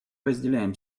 разделяем